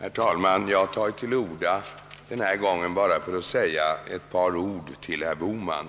Herr talman! Jag tar till orda den här gången bara för att säga ett par ord till herr Bohman.